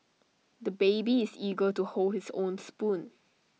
the baby is eager to hold his own spoon